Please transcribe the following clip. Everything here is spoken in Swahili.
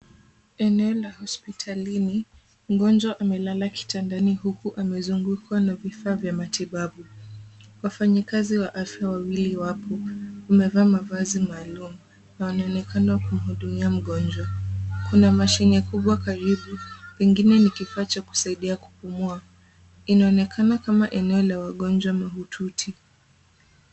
Eneo la hospitalini, mgonjwa amelala kitandani huku amezungukwa na vifaa vya matibabu. Wafanyikazi wa afya wawili wapo, wamevaa mavazi maalum na wanaonekana kumhudumia mgonjwa. Kuna mashine kubwa karibu, pengine ni kifaa cha kusaidia kupumua. Inaonekana kama eneo la wagonjwa mahututi.